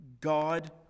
God